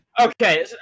Okay